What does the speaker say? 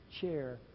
chair